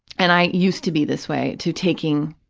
and i used to be this way, to taking